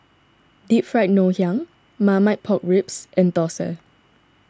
Deep Fried Ngoh Hiang Marmite Pork Ribs and Thosai